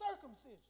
circumcision